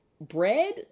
bread